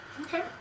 Okay